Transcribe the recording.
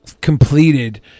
completed